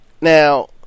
Now